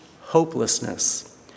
hopelessness